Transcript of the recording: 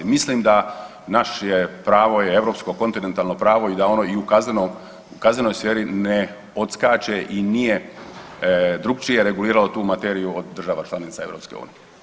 Mislim da naše je pravo europsko kontinentalno pravo i da ono u kaznenoj sferi ne odskače i nije drukčije reguliralo tu materiju od država članica EU.